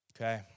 Okay